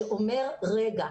שאומר רגע,